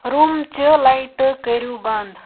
روم چہِ لایٹہٕ کٔرو بنٛد